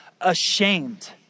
Ashamed